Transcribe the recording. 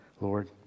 Lord